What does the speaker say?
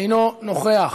אינו נוכח.